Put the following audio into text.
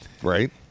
Right